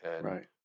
Right